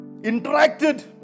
interacted